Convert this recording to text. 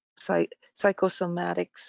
psychosomatics